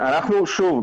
שוב,